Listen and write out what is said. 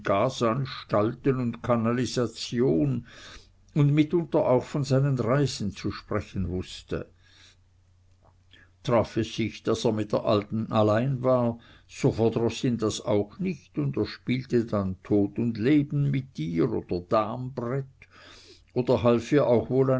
gasanstalten und kanalisation und mitunter auch von seinen reisen zu sprechen wußte traf es sich daß er mit der alten allein war so verdroß ihn auch das nicht und er spielte dann tod und leben mit ihr oder dambrett oder half ihr auch wohl